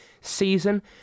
season